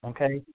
Okay